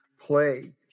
play